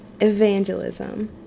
evangelism